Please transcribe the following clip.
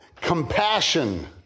compassion